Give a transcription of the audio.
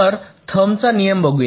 तर थंब चा नियम बघुया